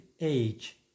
age